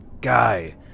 guy